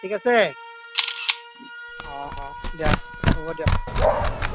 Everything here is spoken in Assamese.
ঠিক আছে অঁ অঁ দিয়া হ'ব দিয়ক